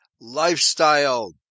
lifestyle